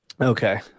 Okay